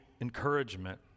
encouragement